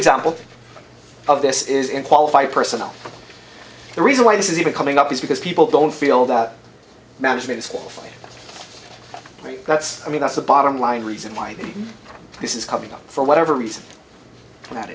example of this is in qualified personnel the reason why this is even coming up is because people don't feel that management school that's i mean that's the bottom line reason why this is coming up for whatever reason that